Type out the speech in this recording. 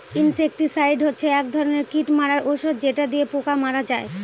insecticide হচ্ছে এক ধরনের কীট মারার ঔষধ যেটা দিয়ে পোকা মারা হয়